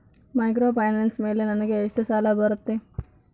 Microfinance ಮೇಲೆ ನನಗೆ ಎಷ್ಟು ಸಾಲ ಬರುತ್ತೆ?